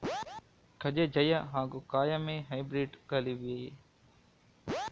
ಕಜೆ ಜಯ ಹಾಗೂ ಕಾಯಮೆ ಹೈಬ್ರಿಡ್ ಗಳಿವೆಯೇ?